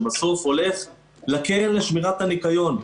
בסוף הולך קרן לשמירת הניקיון.